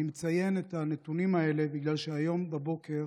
אני מציין את הנתונים האלה בגלל שהיום בבוקר